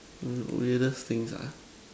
mm weirdest things ah